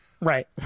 right